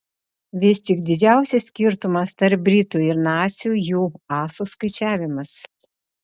vis tik didžiausias skirtumas tarp britų ir nacių jų asų skaičiavimas